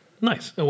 nice